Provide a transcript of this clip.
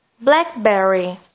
blackberry